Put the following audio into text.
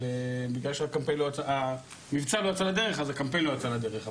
אבל המבצע לא יצא לדרך, אז הקמפיין לא יצא לדרך.